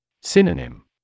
Synonym